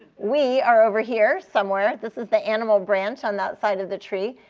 we are over here somewhere. this is the animal branch on the outside of the tree.